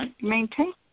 maintain